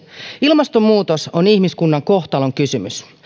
ilmastonmuutos on ihmiskunnan kohtalonkysymys